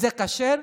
זה כשר?